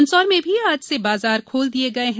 मंदसौर में भी आज से बाजार खोल दिये गये हैं